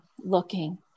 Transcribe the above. looking